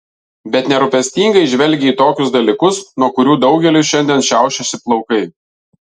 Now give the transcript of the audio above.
bet nerūpestingai žvelgė į tokius dalykus nuo kurių daugeliui šiandien šiaušiasi plaukai